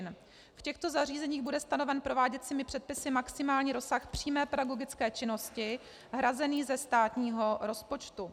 V těchto zařízeních bude stanoven prováděcími předpisy maximální rozsah přímé pedagogické činnosti hrazený ze státního rozpočtu.